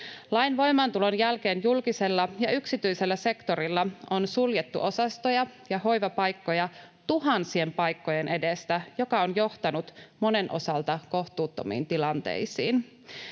Lain voimaantulon jälkeen julkisella ja yksityisellä sektorilla on suljettu osastoja ja hoivapaikkoja tuhansien paikkojen edestä, mikä on johtanut monen osalta kohtuuttomiin tilanteisiin.